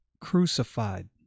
crucified